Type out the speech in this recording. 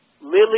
Lily